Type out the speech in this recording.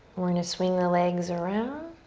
we're gonna swing the legs around